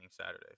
Saturday